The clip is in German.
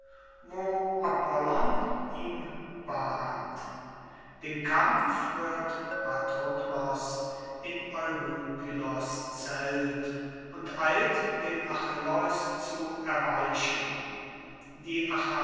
ihm bahnt den kampf hört patroklos in eurypylos zelt und eilt den achilleus zu erweichen die